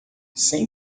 sem